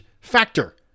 factor